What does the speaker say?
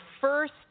first